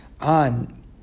on